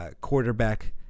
quarterback